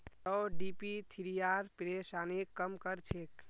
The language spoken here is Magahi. जौ डिप्थिरियार परेशानीक कम कर छेक